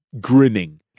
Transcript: grinning